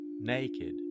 naked